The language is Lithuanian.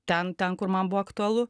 ten ten kur man buvo aktualu